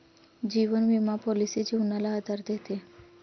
जीवन विमा पॉलिसी जीवनाला आधार देते